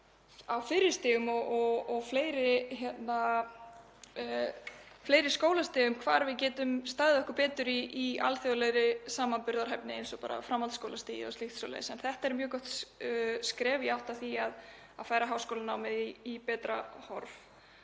á fyrri stigum og fleiri skólastigum hvar við getum staðið okkur betur í alþjóðlegum samanburði, eins og bara með framhaldsskólastigið og slíkt. En þetta er mjög gott skref í átt að því að færa háskólanámið í betra horf.